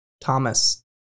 Thomas